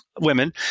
women